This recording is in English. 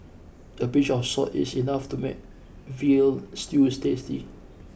a pinch of salt is enough to make veal stews tasty